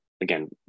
again